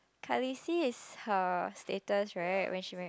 Khaleesi is her status right when she married